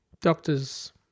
Doctors